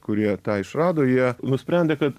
kurie tą išrado jie nusprendė kad